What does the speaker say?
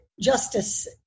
Justice